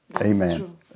Amen